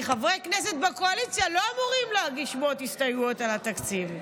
כי חברי כנסת בקואליציה לא אמורים להגיש מאות הסתייגויות על התקציב.